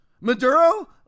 Maduro